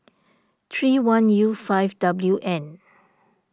three one U five W N